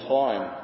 time